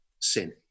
sin